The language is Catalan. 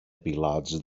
pilots